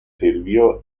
sirvió